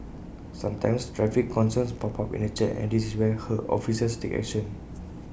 sometimes traffic concerns pop up in the chat and this is where her officers take action